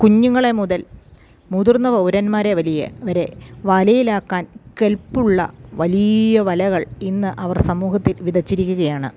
കുഞ്ഞുങ്ങളെ മുതൽ മുതിർന്ന പൗരന്മാരെ വലിയവരെ വലയിലാക്കാൻ കെൽപ്പുള്ള വലിയ വലകൾ ഇന്ന് അവർ സമൂഹത്തിൽ വിതച്ചിരിക്കുകയാണ്